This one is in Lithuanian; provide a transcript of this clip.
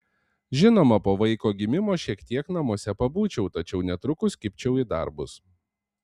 žinoma po vaiko gimimo šiek tiek namuose pabūčiau tačiau netrukus kibčiau į darbus